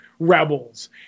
rebels